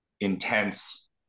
intense